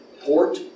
Port